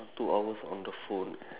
two hours on the phone